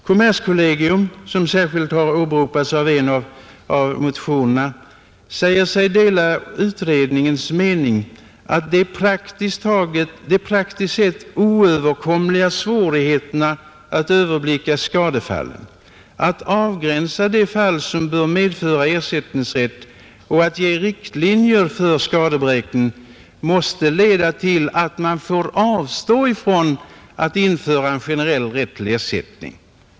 Kommerskollegium, som särskilt har åberopats i en av motionerna, säger sig dela utredningens mening att ”de praktiskt sett oöverkomliga svårigheterna att överblicka skadefallen, att avgränsa de fall som bör medföra ersättningsrätt och att ge riktlinjer för skadeberäkningen måste leda till att man får avstå från att införa en generell rätt till ersättning”.